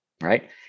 right